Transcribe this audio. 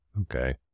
okay